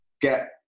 get